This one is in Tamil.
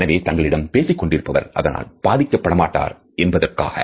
எனவே தங்களிடம் பேசிக் கொண்டிருப்பவர் அதனால் பாதிக்கப்பட மாட்டார் என்பதற்காக